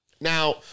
Now